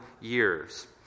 years